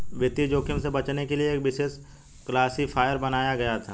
वित्तीय जोखिम से बचने के लिए एक विशेष क्लासिफ़ायर बनाया गया था